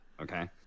Okay